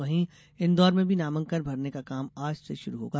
वहीं इन्दौर में भी नामांकन भरने का काम आज से शुरू होगा